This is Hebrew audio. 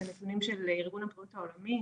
זה נתונים של ארגון הבריאות העולמי.